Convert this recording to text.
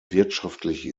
wirtschaftlich